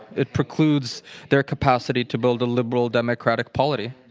it precludes their capacity to build a liberal democratic polity.